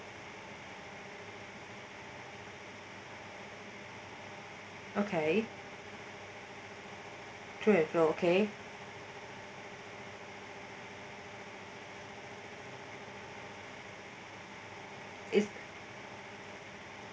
okay three okay if